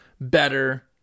better